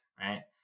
Right